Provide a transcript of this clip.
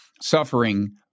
suffering